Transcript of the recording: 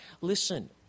Listen